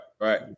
Right